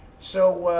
so,